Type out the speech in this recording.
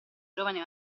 giovane